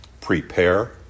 prepare